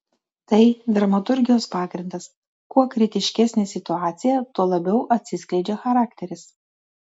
tai dramaturgijos pagrindas kuo kritiškesnė situacija tuo labiau atsiskleidžia charakteris